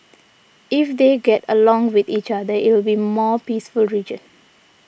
if they get along with each other it'll be a more peaceful region